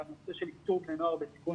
בנושא של איתור בני נוער בסיכון